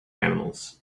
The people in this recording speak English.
animals